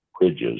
bridges